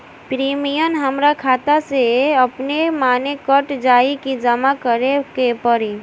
Premium हमरा खाता से अपने माने कट जाई की जमा करे के पड़ी?